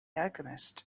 alchemist